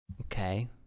Okay